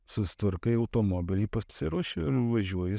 susitvarkai automobilį pasiruoši ir važiuoji